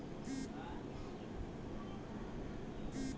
bond बाजारत सहारार अनेक प्रकारेर बांड उपलब्ध छ